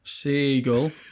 Seagull